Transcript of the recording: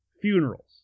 funerals